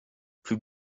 plus